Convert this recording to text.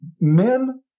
men